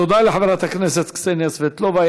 תודה לחברת הכנסת קסניה סבטלובה.